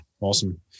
Awesome